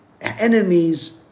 enemies